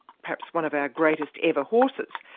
perhaps one of our greatest ever horses.